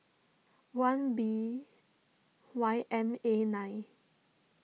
one B Y M A nine